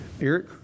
Eric